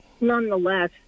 nonetheless